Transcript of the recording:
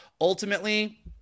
Ultimately